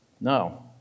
No